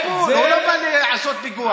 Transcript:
הוא בא לקבל טיפול, הוא לא בא לעשות פיגוע.